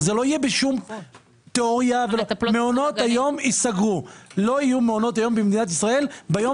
לא יהיו מעונות יום במדינת ישראל ביום